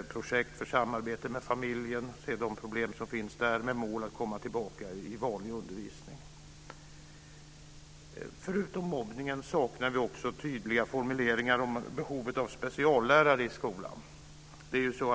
i projekt för samarbete med familjen och se de problem som finns där, med målet att komma tillbaka i vanlig undervisning. Förutom om mobbningen saknar vi också tydliga formuleringar om behovet av speciallärare i skolan.